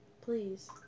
Please